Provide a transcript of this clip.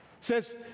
says